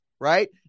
right